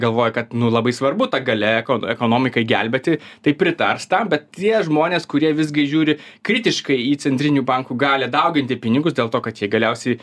galvoja kad nu labai svarbu ta galia eko ekonomikai gelbėti tai pritars tam bet tie žmonės kurie visgi žiūri kritiškai į centrinių bankų gali dauginti pinigus dėl to kad jie galiausiai